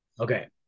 Okay